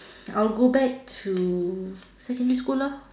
I'll go back to secondary school lah